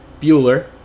Bueller